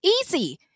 easy